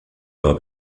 war